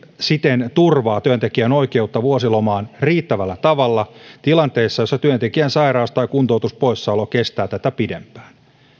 siten turvaa työntekijän oikeutta vuosilomaan riittävällä tavalla tilanteessa jossa työntekijän sairaus tai kuntoutuspoissaolo kestää tätä pidempään